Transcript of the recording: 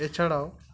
এছাড়াও